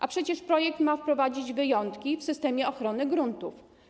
A przecież projekt ma wprowadzić wyjątki w systemie ochrony gruntów.